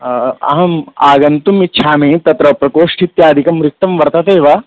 अहम् आगन्तुमिच्छामि तत्र प्रकोष्ठ इत्यादिकं रिक्तं वर्तते वा